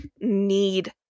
need